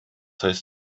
heißt